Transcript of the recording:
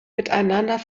miteinander